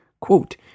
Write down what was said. Quote